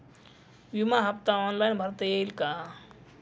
विमा हफ्ता ऑनलाईन भरता येईल का?